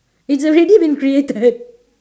it's already been created